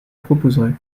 proposerais